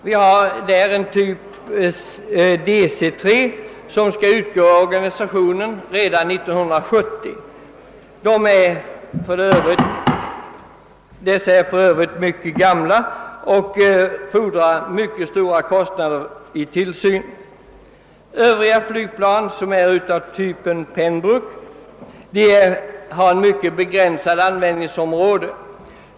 Planen av typen DC-3 skall utgå ur organisationen redan år 1970. Dessa är för övrigt mycket gamla och drar mycket stora tillsynskostnader. Övriga flygplan, som är av typen Pembroke, har ett mycket begränsat användningsområde.